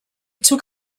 took